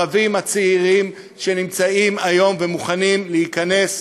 הערבים הצעירים שנמצאים היום ומוכנים להיכנס,